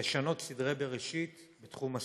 לשנות סדרי בראשית בתחום הסיעוד.